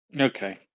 Okay